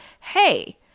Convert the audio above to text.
hey